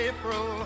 April